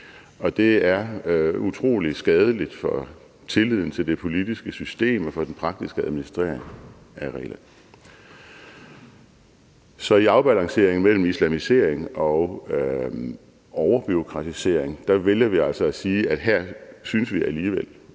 og det er utrolig skadeligt for tilliden til det politiske system og for den praktiske administration af reglerne. Så i afbalanceringen mellem islamisering og overbureaukratisering vælger vi altså at sige, at her synes vi alligevel,